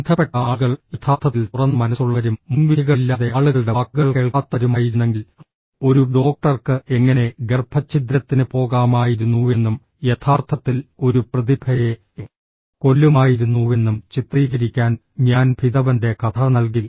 ബന്ധപ്പെട്ട ആളുകൾ യഥാർത്ഥത്തിൽ തുറന്ന മനസ്സുള്ളവരും മുൻവിധികളില്ലാതെ ആളുകളുടെ വാക്കുകൾ കേൾക്കാത്തവരുമായിരുന്നെങ്കിൽ ഒരു ഡോക്ടർക്ക് എങ്ങനെ ഗർഭച്ഛിദ്രത്തിന് പോകാമായിരുന്നുവെന്നും യഥാർത്ഥത്തിൽ ഒരു പ്രതിഭയെ കൊല്ലുമായിരുന്നുവെന്നും ചിത്രീകരിക്കാൻ ഞാൻ ഭിതവന്റെ കഥ നൽകി